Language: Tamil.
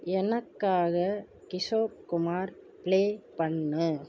எனக்காக கிஷோர் குமார் ப்ளே பண்ணு